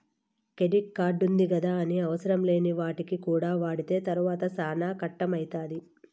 credit కార్డుంది గదాని అవసరంలేని వాటికి కూడా వాడితే తర్వాత సేనా కట్టం అయితాది